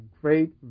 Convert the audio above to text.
great